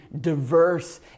diverse